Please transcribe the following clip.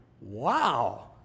wow